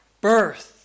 birth